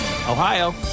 Ohio